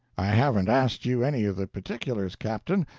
i haven't asked you any of the particulars, captain,